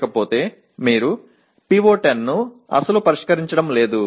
எடுத்துக்காட்டாக PO8 நெறிமுறைகளுடன் தொடர்புடையது